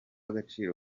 agaciro